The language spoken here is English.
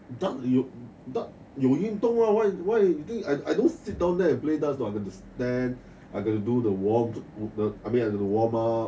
dart dart 有运动 ah why why why you think I don't sit down there and play darts what have to stand I have to do the warm I mean I have to warm up